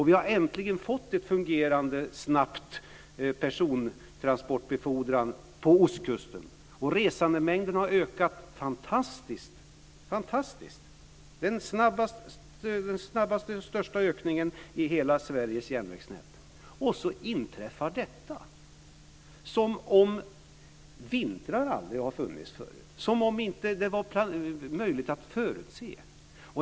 Vi har äntligen fått en fungerande och snabb persontransportbefordran på ostkusten, och resandemängden har ökat helt fantastiskt. Det är den största ökningen i hela Sveriges järnvägsnät. Och så inträffar detta! Som om vintrar aldrig har funnits förut, som om de inte var möjliga att förutse.